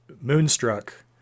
Moonstruck